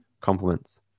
compliments